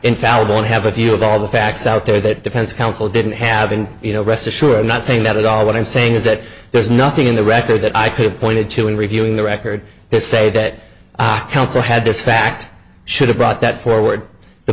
infallible and have a view of all the facts out there that defense counsel didn't have and you know rest assure i'm not saying that at all what i'm saying is that there's nothing in the record that i could point to in reviewing the record to say that counsel had this fact should have brought that forward the